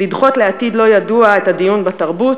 לדחות לעתיד לא ידוע את הדיון בתרבות,